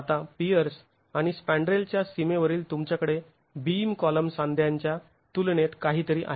आता पियर्स आणि स्पँड्रेलच्या सीमेवरील तुमच्याकडे बीम कॉलम सांध्याच्या तुलनेत काहीतरी आहे